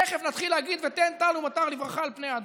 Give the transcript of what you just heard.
תכף נתחיל להגיד "ותן טל ומטר לברכה על פני האדמה".